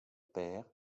père